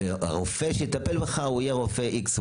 והרופא שיטפל בך הוא יהיה רופא X,